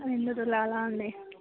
రెండు తులాల అండి